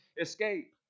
escape